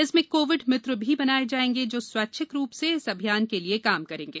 इसमें कोविड मित्र भी बनाये जायेंगे जो स्वैच्छिक रूप से इस अभियान के लिए काम करेंगे